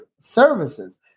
services